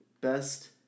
best